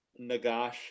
Nagash